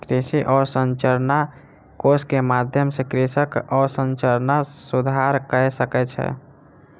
कृषि अवसंरचना कोष के माध्यम सॅ कृषक अवसंरचना सुधार कय सकै छै